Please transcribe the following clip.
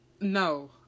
No